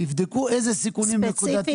יבדקו איזה סיכונים נקודתיים.